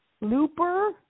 looper